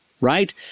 right